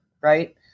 right